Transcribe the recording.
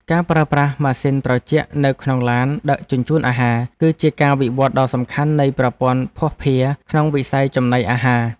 ការប្រើប្រាស់ម៉ាស៊ីនត្រជាក់នៅក្នុងឡានដឹកជញ្ជូនអាហារ គឺជាការវិវត្តដ៏សំខាន់នៃប្រព័ន្ធភស្តុភារក្នុងវិស័យចំណីអាហារ។